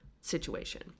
situation